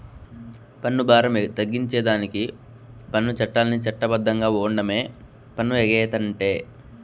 పన్ను బారం తగ్గించేదానికి పన్ను చట్టాల్ని చట్ట బద్ధంగా ఓండమే పన్ను ఎగేతంటే